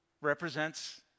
represents